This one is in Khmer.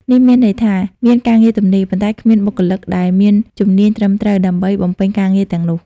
នេះមានន័យថា មានការងារទំនេរ ប៉ុន្តែគ្មានបុគ្គលិកដែលមានជំនាញត្រឹមត្រូវដើម្បីបំពេញការងារទាំងនោះ។